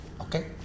okay